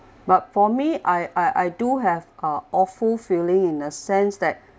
but for me I I I do have uh awful feeling in a sense that